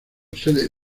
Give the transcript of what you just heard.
sede